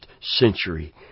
century